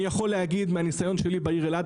אני יכול להגיד מהנסיון שלי בעיר אלעד,